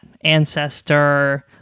ancestor